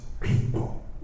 people